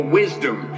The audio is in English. wisdom